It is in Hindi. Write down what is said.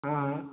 हाँ